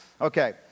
Okay